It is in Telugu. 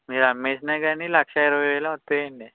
మీరు అమ్మేసినా కానీ లక్షఇరవై వేలు వస్తాయండి